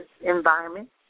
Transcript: environment